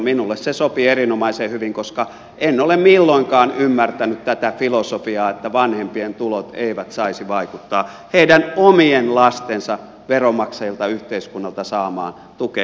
minulle se sopii erinomaisen hyvin koska en ole milloinkaan ymmärtänyt tätä filosofiaa että vanhempien tulot eivät saisi vaikuttaa heidän omien lastensa veronmaksajilta yhteiskunnalta saamaan tukeen